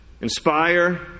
inspire